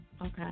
Okay